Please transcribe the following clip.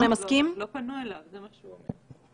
לא פנו אליו, זה מה שהוא אומר.